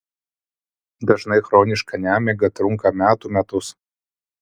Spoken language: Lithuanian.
dažnai chroniška nemiga trunka metų metus